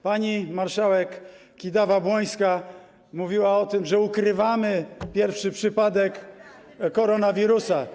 Pani marszałek Kidawa-Błońska mówiła o tym, że ukrywamy pierwszy przypadek koronawirusa.